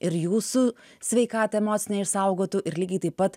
ir jūsų sveikatą emocinę išsaugotų ir lygiai taip pat